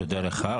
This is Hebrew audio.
תודה רבה לך.